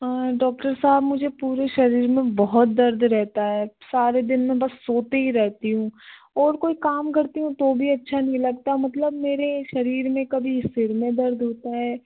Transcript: doctor साहब मुझे पूरे शरीर में बहुत दर्द रहता है सारे दिन मैं बस सोते ही रहती हूँ और कोई काम करती हूँ तो भी अच्छा नहीं लगता मतलब मेरे शरीर में कभी सिर में दर्द होता है